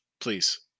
Please